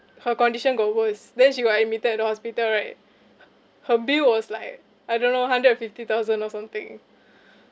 her condition got worse then she got admitted at the hospital right her her bill was like I don't know hundred and fifty thousand or something